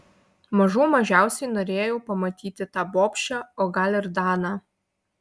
mažų mažiausiai norėjau pamatyti tą bobšę o gal ir daną